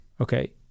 Okay